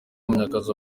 munyakazi